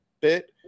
bit